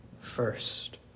first